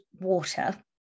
water